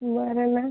வேறு என்ன